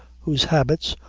whose habits,